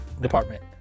department